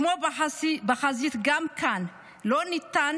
כמו בחזית, גם כאן לא ניתן